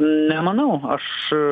nemanau aš